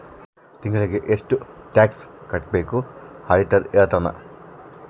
ತಿಂಗಳಿಗೆ ಎಷ್ಟ್ ಟ್ಯಾಕ್ಸ್ ಕಟ್ಬೇಕು ಆಡಿಟರ್ ಹೇಳ್ತನ